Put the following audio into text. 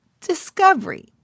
discovery